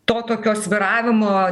to tokio svyravimo